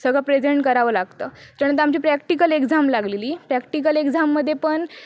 सगळं प्रेझेंट करावे लागतं त्यानंतर आमची प्रॅक्टिकल एक्झाम लागलेली प्रॅक्टिकल एक्झाममध्ये पण